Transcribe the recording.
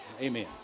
Amen